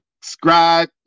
subscribe